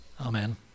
Amen